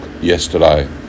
yesterday